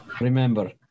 Remember